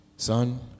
Son